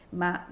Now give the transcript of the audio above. ma